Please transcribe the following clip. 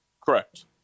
Correct